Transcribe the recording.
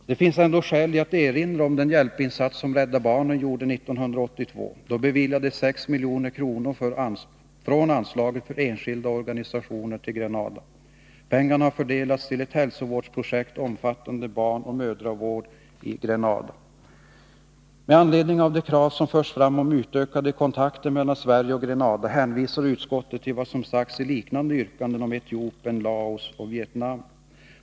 Det finns ändå skäl att erinra om den hjälpinsats som Rädda barnen gjorde 1982. Då beviljades 6 milj.kr. från Anslaget för enskilda organisationer till Grenada. Pengarna har förmedlats till ett hälsovårdsprojekt omfattande barnoch mödravård i Grenada. Med anledning av de krav som förs fram om utökade kontakter mellan Sverige och Grenada hänvisar utskottet till vad som sagts i liknande yrkanden om Etiopien, Laos och Vietnam.